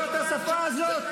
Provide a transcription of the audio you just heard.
לא את השפה הזאת.